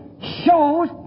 shows